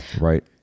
right